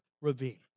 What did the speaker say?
Ravine